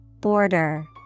Border